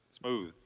Smooth